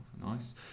Nice